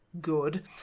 Good